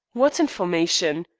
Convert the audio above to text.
what information